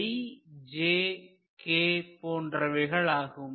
k போன்றவைகளாகும்